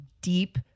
deep